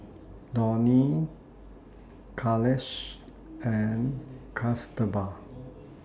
Dhoni Kailash and Kasturba